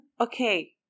okay